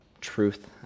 truth